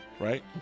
right